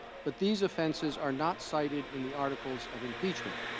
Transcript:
but these offenses are not cited in the articles of impeachment